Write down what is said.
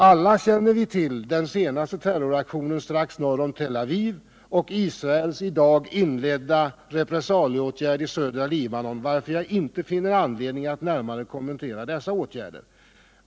Alla känner vi till den senaste terroraktionen strax norr om Tel Aviv och Israels i dag inledda repressalieåtgärd i södra Libanon, varför jag inte finner anledning att närmare kommentera dessa händelser.